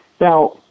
Now